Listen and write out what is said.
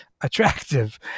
attractive